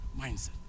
mindset